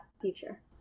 future